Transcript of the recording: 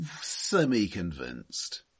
semi-convinced